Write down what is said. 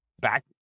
back